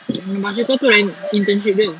masa tu itu yang internship dia